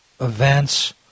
events